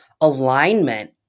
alignment